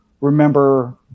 remember